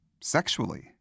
Sexually